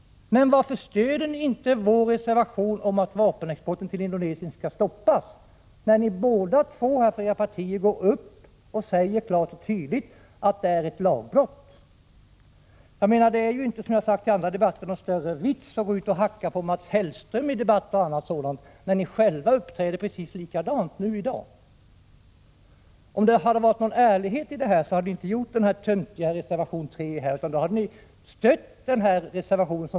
Varför stöder ni inte vår reservation om att vapenexporten till Indonesien skall stoppas, när ni båda två som företrädare för era partier klart och tydligt säger att det skett ett lagbrott? Det är inte, som jag har sagt i andra debatter, någon större vits att i olika sammanhang hacka på Mats Hellström, när ni själva uppträder precis likadant i dag. Om det funnits någon ärlighet bakom era uttalanden hade ni inte avgivit er töntiga reservation, utan då hade ni stött vår reservation.